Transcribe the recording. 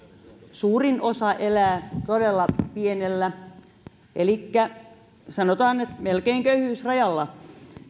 suurin osa elää todella pienillä tuloilla elikkä sanotaan nyt melkein köyhyysrajalla